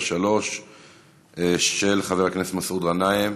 3573 של חבר הכנסת מסעוד גנאים.